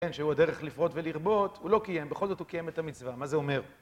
כן, שהוא הדרך לפרות ולרבות, הוא לא קיים, בכל זאת הוא קיים את המצווה, מה זה אומר?